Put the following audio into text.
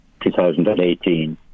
2018